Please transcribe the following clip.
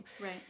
Right